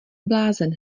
blázen